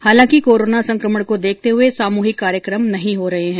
हालांकि कोरोना संकमण को देखते हुए सामूहिक कार्यकम नहीं हो रहे है